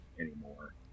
anymore